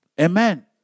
Amen